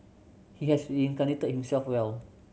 he has reincarnated himself well